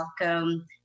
welcome